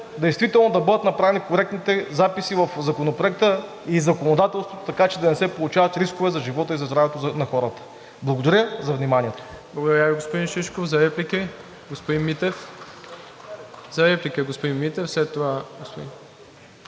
да бъдат направени коректните записи в Законопроекта и законодателството, така че да не се получават рискове за живота и за здравето на хората. Благодаря за вниманието.